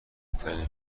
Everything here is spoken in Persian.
ترین